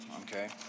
okay